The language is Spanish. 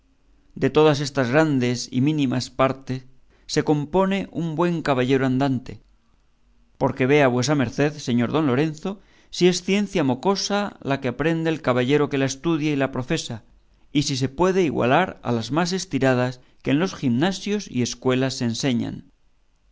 de todas estas grandes y mínimas partes se compone un buen caballero andante porque vea vuesa merced señor don lorenzo si es ciencia mocosa lo que aprende el caballero que la estudia y la profesa y si se puede igualar a las más estiradas que en los ginasios y escuelas se enseñan